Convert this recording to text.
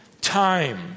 time